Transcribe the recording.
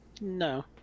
No